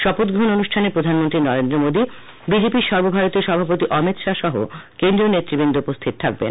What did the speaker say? শপথ গ্রহন অনুষ্ঠানে প্রধানমন্ত্রী নরেন্দ্র মোদী বি জে পির সর্বভারতীয় সভাপতি অমিত শাহ সহ কেন্দ্রীয় নেতৃবৃন্দ উপস্হিত থাকবেন